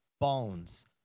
bones